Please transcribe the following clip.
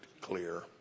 clear